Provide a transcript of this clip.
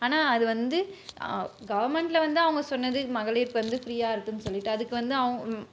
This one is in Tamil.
ஆனால் அது வந்து கவர்மெண்ட்டில் வந்து அவங்க சொன்னது மகளிருக்கு வந்து ஃப்ரீயாக இருக்குன்னு சொல்லிவிட்டு அதுக்கு வந்து